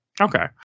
Okay